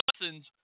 lessons